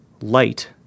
light